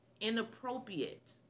inappropriate